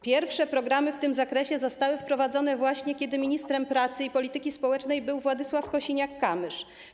Pierwsze programy w tym zakresie zostały wprowadzone, kiedy ministrem pracy i polityki społecznej był Władysław Kosiniak-Kamysz.